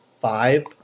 five